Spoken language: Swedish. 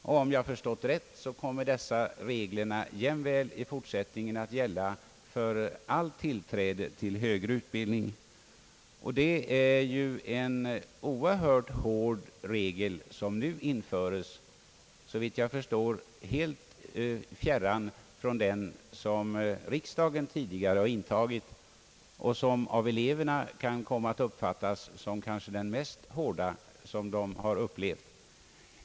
Om jag förstått rätt, kommer denna regel i fortsättningen att gälla för allt tillträde till högre utbildning. Det är en oerhört hård regel som nu införs — såvitt jag förstår helt fjärran från den inställning som riksdagen tidigare har intagit. Av eleverna kan den komma att uppfattas som den hårdaste de upplevt.